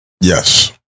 Yes